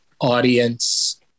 audience